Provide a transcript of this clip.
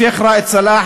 השיח' ראאד סלאח,